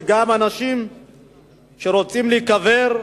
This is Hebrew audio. שגם אנשים שרוצים להיקבר,